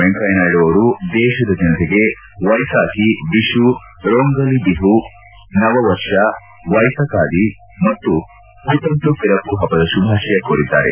ವೆಂಕಯ್ಹನಾಯ್ದು ಅವರು ದೇಶದ ಜನತೆಗೆ ವೈಸಾಕಿ ವಿಶು ರೊಂಗೊಲಿ ಬಿಹು ನವ ವರ್ಷ ವೈಸಾಕಾದಿ ಮತ್ತು ಪುತಂದು ಪಿರಪ್ಪು ಹಬ್ಬದ ಶುಭಾಶಯ ಕೋರಿದ್ದಾರೆ